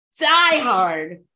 diehard